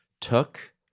took